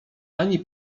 ani